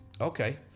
okay